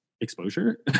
exposure